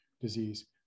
disease